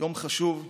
יום חשוב,